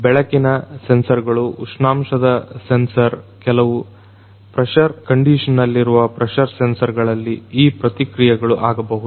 ಬೆಳಕಿನ ಸೆನ್ಸರ್ಗಳು ಉಷ್ಣಾಂಶದ ಸೆನ್ಸರ್ ಕೆಲವು ಪ್ರೆಶರ್ ಕಂಡಿಷನ್ನಲ್ಲಿರುವ ಪ್ರೆಶರ್ ಸೆನ್ಸರ್ ಗಳಲ್ಲಿ ಈ ಪ್ರತಿಕ್ರೀಯೆಗಳು ಆಗಬೇಕು